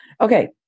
okay